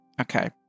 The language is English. Okay